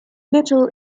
little